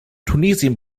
tunesien